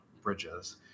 bridges